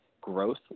growth